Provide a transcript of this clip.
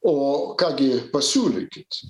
o ką gi pasiūlykit